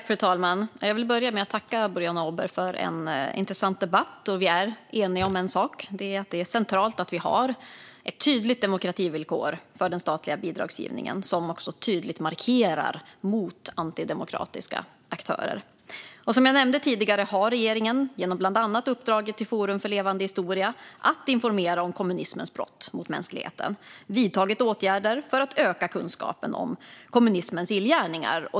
Fru talman! Jag vill börja med att tacka Boriana Åberg för en intressant debatt. Vi är eniga om en sak: Det är centralt att vi har ett tydligt demokrativillkor för den statliga bidragsgivningen som tydligt markerar mot antidemokratiska aktörer. Som jag nämnde tidigare har regeringen, bland annat genom uppdraget till Forum för levande historia att informera om kommunismens brott mot mänskligheten, vidtagit åtgärder för att öka kunskapen om kommunismens illgärningar.